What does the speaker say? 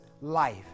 life